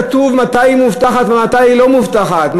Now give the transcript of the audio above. כתוב מתי היא מובטחת ומתי היא לא מובטחת,